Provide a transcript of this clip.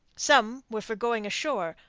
some were for going ashore,